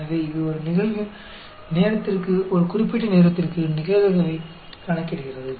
எனவே இது ஒரு நிகழ்வின் நேரத்திற்கு ஒரு குறிப்பிட்ட நேரத்திற்கு நிகழ்தகவைக் கணக்கிடுகிறது